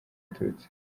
abatutsi